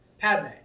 Padme